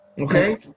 Okay